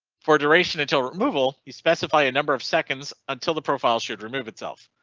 for duration until removal, you specify a number of seconds until the profile should remove itself.